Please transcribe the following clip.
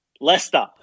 Leicester